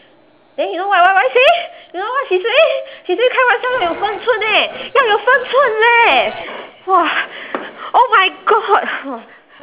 then you know what Y_Y say you know what she say she say 开玩笑要有分寸 eh 要有分寸 leh !wah! oh my god